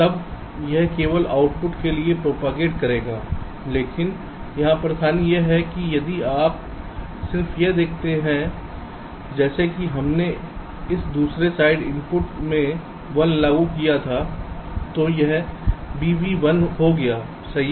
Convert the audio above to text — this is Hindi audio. तब यह केवल आउटपुट के लिए प्रोपागेट करेगा लेकिन यहां परेशानी यह है कि यदि आप सिर्फ यह देखते हैं जैसे ही हमने इस दूसरे साइड इनपुट में 1 लागू किया था तो यह b भी 1 हो गया सही है